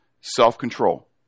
self-control